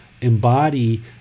embody